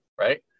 right